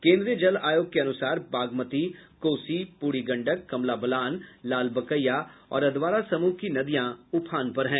केन्द्रीय जल आयोग के अनुसार बागमती कोसी बूढ़ी गंडक कमला बलान लालबकैया और अधवारा समूह की नदियां उफान पर हैं